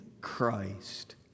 Christ